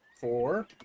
Four